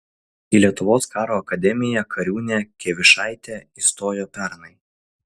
į lietuvos karo akademiją kariūnė kievišaitė įstojo pernai